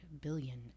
billion